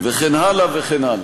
וכן הלאה וכן הלאה.